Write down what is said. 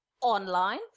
Online